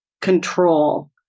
control